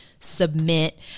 submit